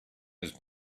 his